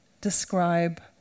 describe